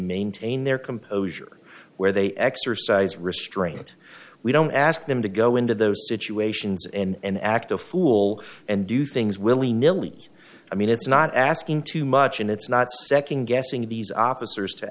maintain their composure where they exercise restraint we don't ask them to go into those situations and act a fool and do things willy nilly i mean it's not asking too much and it's not second guessing these officers to